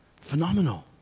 Phenomenal